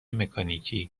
مکانیکی